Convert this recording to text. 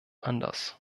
anders